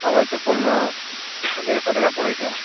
हवाइ चप्पलमे डेढ़ सए टाका पड़ै छै